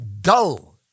Dull